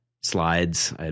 slides